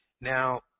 Now